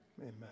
Amen